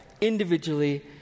individually